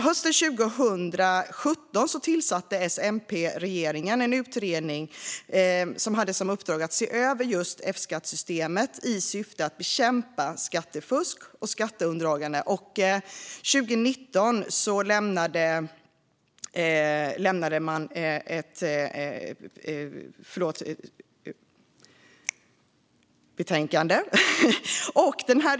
Hösten 2017 tillsatte S-MP-regeringen en utredning med uppdrag att se över F-skattesystemet i syfte att bekämpa skattefusk och skatteundandragande, och i juni 2019 lämnade utredningen sitt betänkande.